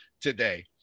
today